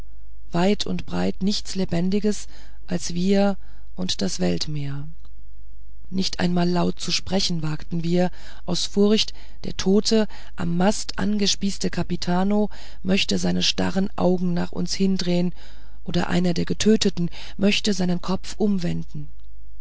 weit und breit nichts lebendiges als wir und das weltmeer nicht einmal laut zu sprechen wagten wir aus furcht der tote am mast angespießte kapitano möchte seine starre augen nach uns hindrehen oder einer der getöteten möchte seinen kopf umwenden